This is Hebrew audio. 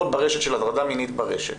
הטרדה מינית ברשת,